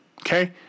Okay